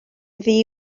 ddi